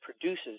produces